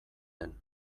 den